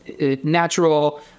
natural